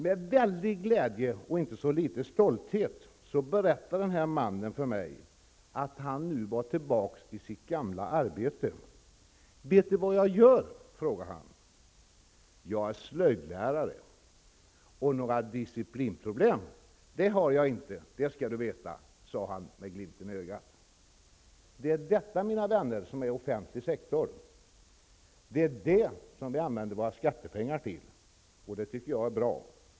Med väldig glädje, och inte så litet stolthet, berättade den här mannen för mig att han nu var tillbaka i sitt gamla arbete. Vet du vad jag gör, frågade han. Jag är slöjdlärare. Några disciplinproblem det har jag inte, det skall du veta, sade han med glimten i ögat. Det är detta, mina vänner, som är offentlig sektor. Det är detta vi använder våra skattepengar till. Det tycker jag är bra.